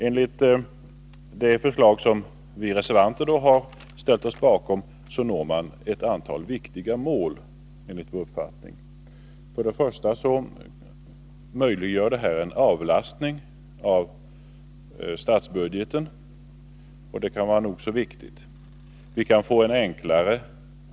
Enligt det förslag som vi reservanter har ställt oss bakom når man enligt vår uppfattning ett antal viktiga mål. Till att börja med möjliggörs en avlastning av statsbudgeten, och det kan vara nog så betydelsefullt.